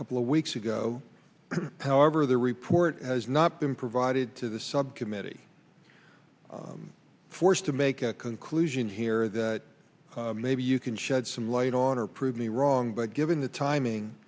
couple of weeks ago however the report has not been provided to the subcommittee forced to make a conclusion here that maybe you can shed some light on or prove me wrong but given the timing